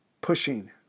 pushing